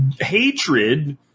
hatred